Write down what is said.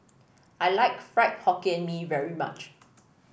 I like Fried Hokkien Mee very much